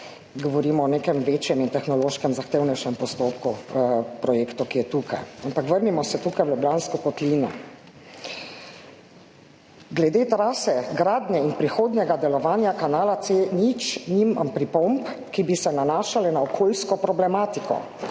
govorimo o nekem večjem in tehnološkem zahtevnejšem postopku, projektov, ki je tukaj. Ampak vrnimo se tukaj v Ljubljansko kotlino. Glede trase, gradnje in prihodnjega delovanja kanala C0 nimam pripomb, ki bi se nanašale na okoljsko problematiko.